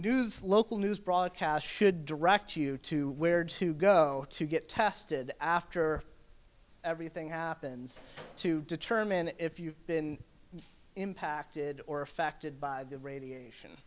news local news broadcast should direct you to where to go to get tested after everything happens to determine if you've been impacted or affected by the